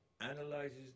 analyzes